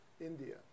India